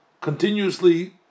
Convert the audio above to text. continuously